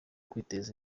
kwiteza